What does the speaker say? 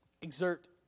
exert